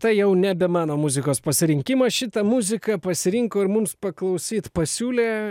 tai jau nebe mano muzikos pasirinkimas šitą muziką pasirinko ir mums paklausyt pasiūlė